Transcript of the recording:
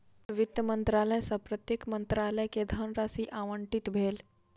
वित्त मंत्रालय सॅ प्रत्येक मंत्रालय के धनराशि आवंटित भेल